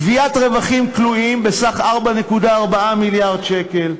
גביית רווחים כלואים בסך 4.4 מיליארד שקל,